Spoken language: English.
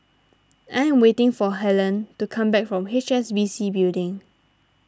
I am waiting for Helene to come back from H S B C Building